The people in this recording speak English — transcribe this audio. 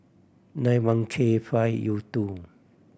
nine one K five U two